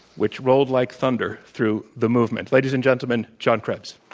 which rolled like thunder through the movement. la dies and gentlemen, john krebs.